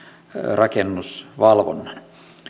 rakennusvalvonnan